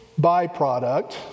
byproduct